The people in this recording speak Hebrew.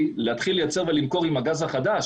כדי להגיע לשר ברגע האחרון כשהכול בלחץ.